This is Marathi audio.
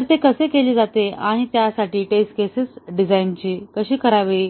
तर ते कसे केले जाते आणि यासाठी टेस्ट केसेस डिझाईन कशी करावी